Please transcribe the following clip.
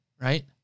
right